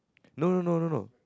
no no no no no